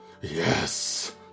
Yes